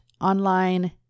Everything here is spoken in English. online